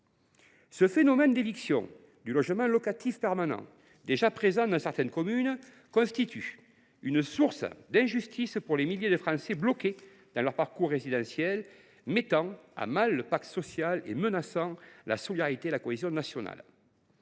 Ce phénomène d’éviction du logement locatif permanent, déjà présent dans certaines communes, constitue une source d’injustice pour les milliers de Français bloqués dans leur parcours résidentiel, mettant à mal le pacte social et menaçant la solidarité et la cohésion nationale.